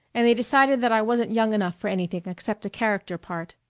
and they decided that i wasn't young enough for anything except a character part.